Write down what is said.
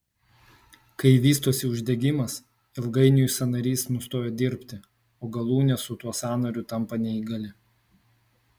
kai vystosi uždegimas ilgainiui sąnarys nustoja dirbti o galūnė su tuo sąnariu tampa neįgali